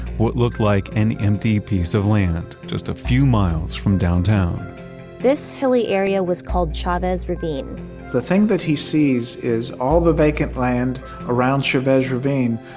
what looked like an empty piece of land, just a few miles from downtown this hilly area was called chavez ravine the thing that he sees is all the vacant land around chavez ravine,